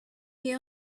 the